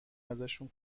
ازشون